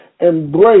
embrace